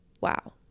Wow